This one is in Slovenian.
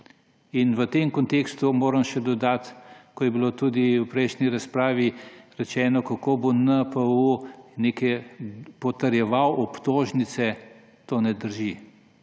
V tem kontekstu moram še dodat, ko je bilo tudi v prejšnji razpravi rečeno, kako bo NPU potrjeval obtožnice, to ne drži,